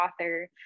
author